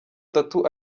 tatu